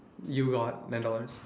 you got ten dollars